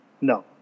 No